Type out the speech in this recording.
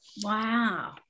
Wow